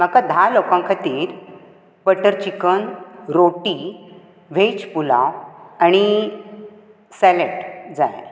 म्हाका धा लोकांक खातीर बटर चिकन रोटी व्हेज पुलाव आनी सॅलड जाय